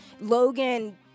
Logan